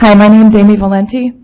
um my name's amy volanti.